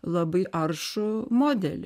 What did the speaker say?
labai aršų modelį